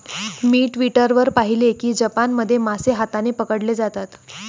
मी Twitter वर पाहिले की जपानमध्ये मासे हाताने पकडले जातात